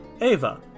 Ava